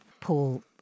Paul